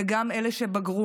וגם לאלה שבגרו,